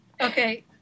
Okay